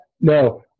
No